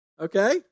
Okay